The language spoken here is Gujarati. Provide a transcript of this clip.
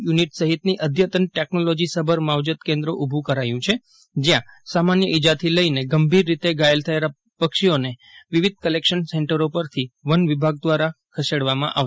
યુ નિટ સહિતની અદ્યતન ટેક્નિલોજીસભર માવજત કેન્દ્ર ઊભું કરાયું છે જ્યાં સામાન્ય ઈજાથી લઈને ગંભીર રીતે ઘાયલ થયેલા પક્ષીઓને વિવિધ કલેક્શન સેન્ટરો પરથી વન વિભાગ દ્વારા દ્વારા ખસેડવામાં આવશે